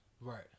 Right